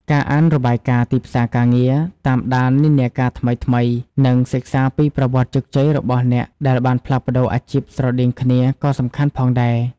ការអានរបាយការណ៍ទីផ្សារការងារ តាមដាននិន្នាការថ្មីៗ និងសិក្សាពីប្រវត្តិជោគជ័យរបស់អ្នកដែលបានផ្លាស់ប្តូរអាជីពស្រដៀងគ្នាក៏សំខាន់ផងដែរ។